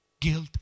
guilt